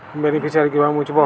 Beneficiary কিভাবে মুছব?